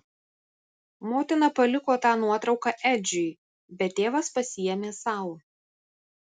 motina paliko tą nuotrauką edžiui bet tėvas pasiėmė sau